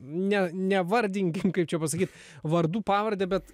ne nevardinkim kaip čia pasakyt vardu pavarde bet